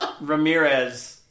Ramirez